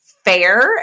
fair